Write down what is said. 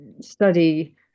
study